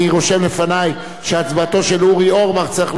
צריך לייחס אותה לחבר הכנסת שכיב שנאן.